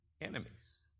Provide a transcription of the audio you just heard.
enemies